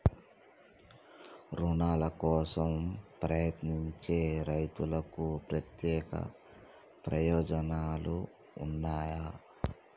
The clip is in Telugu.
రుణాల కోసం ప్రయత్నించే రైతులకు ప్రత్యేక ప్రయోజనాలు ఉన్నయా?